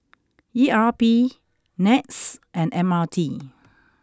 E R P Nets and M R T